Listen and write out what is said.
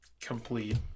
complete